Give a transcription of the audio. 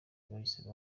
bahise